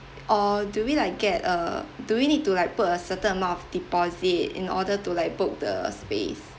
or do we like get uh do we need to like put a certain amount of deposit in order to like book the space